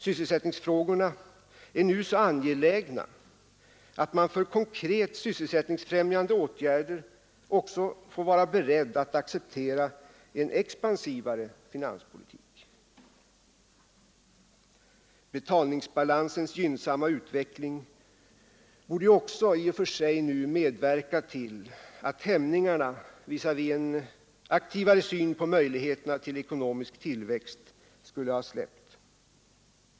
Sysselsättningsfrågorna är nu så angelägna att man för konkret sysselsättningsfrämjande åtgärder också får vara beredd att acceptera en expansivare finanspolitik. Betalningsbalansens gynnsamma utveckling borde också i och för sig nu ha medverkat till att hämningarna visavi en aktivare syn på möjligheterna till ekonomisk tillväxt skulle ha släppt.